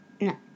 No